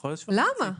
אז למה?